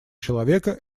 человека